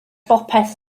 bopeth